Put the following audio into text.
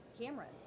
cameras